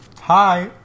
Hi